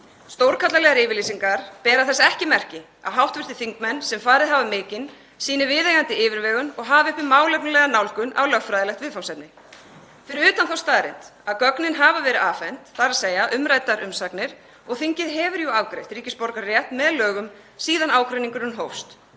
Stórkarlalegar yfirlýsingar bera þess ekki merki að hv. þingmenn, sem farið hafa mikinn, sýni viðeigandi yfirvegun og hafa uppi málefnalega nálgun á lögfræðilegt viðfangsefni. Fyrir utan þá staðreynd að gögnin hafa verið afhent, þ.e. umræddar umsagnir, og þingið hefur afgreitt ríkisborgararétt með lögum síðan ágreiningurinn hófst